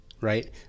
right